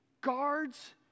guards